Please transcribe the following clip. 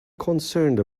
concerned